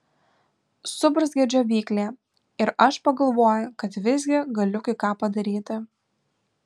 suburzgia džiovyklė ir aš pagalvoju kad visgi galiu kai ką padaryti